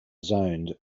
zoned